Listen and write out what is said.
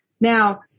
Now